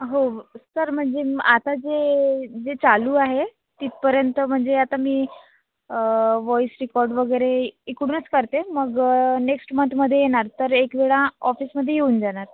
हो हो सर म्हणजे आता जे जे चालू आहे तिथपर्यंत म्हणजे आता मी व्हॉईस रिकॉर्ड वगैरे इकडूनच करते मग नेक्स्ट मंथमध्ये येणार तर एक वेळा ऑफिसमध्ये येऊन जाणार